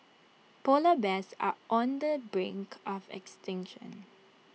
Polar Bears are on the brink of extinction